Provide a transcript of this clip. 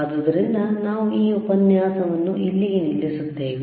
ಆದ್ದರಿಂದ ನಾವು ಈ ಉಪನ್ಯಾಸವನ್ನು ಇಲ್ಲಿಗೆ ನಿಲ್ಲಿಸುತ್ತೇವೆ